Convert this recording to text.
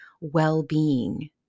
well-being